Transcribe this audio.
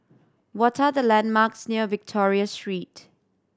what are the landmarks near Victoria Street